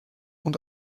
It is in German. und